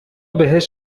بهش